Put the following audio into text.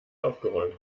aufgeräumt